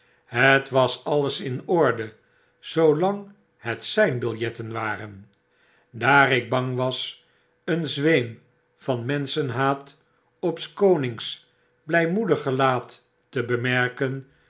het wasalles in orde zoolang het zgn biljetten waren daar ik bang was een zweem van menschenhaat op s komngs blgmoedig gelaat te bemerken